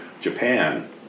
Japan